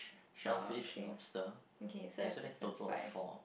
oh okay okay so have differences five